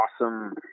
awesome